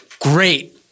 great